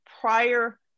prior